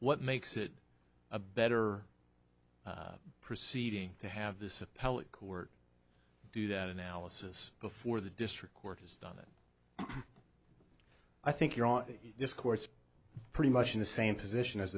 what makes it a better proceeding to have this appellate court do that analysis before the district court has done it i think you're on the courts pretty much in the same position as